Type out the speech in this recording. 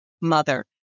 mother